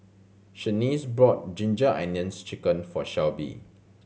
Shaniece bought Ginger Onions Chicken for Shelby